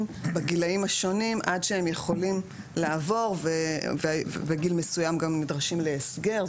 בגילאים השונים עד שהם יכולים לעבור ובגיל מסוים הם גם נדרשים להסדר,